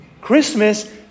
Christmas